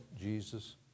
Jesus